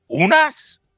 Unas